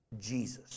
Jesus